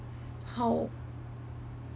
how